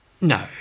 No